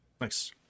Nice